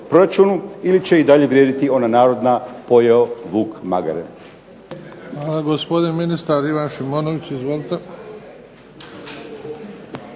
ili će i dalje vrijediti ona narodna „Pojeo vuk magare“.